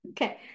Okay